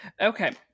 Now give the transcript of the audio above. Okay